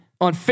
on